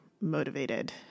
motivated